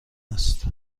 است